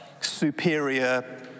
superior